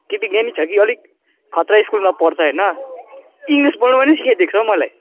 केटी ज्ञानी छ कि अलिक खत्रा स्कुलमा पढ्छ होइन इङ्ग्लिस बोल्न पनि सिकाइ दिएको छ मलाई